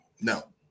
No